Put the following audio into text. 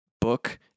book